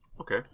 Okay